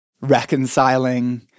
reconciling